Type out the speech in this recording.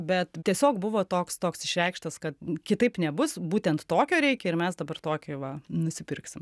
bet tiesiog buvo toks toks išreikštas kad kitaip nebus būtent tokio reikia ir mes dabar tokį va nusipirksim